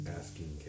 asking